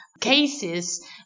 cases